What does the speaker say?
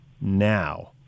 now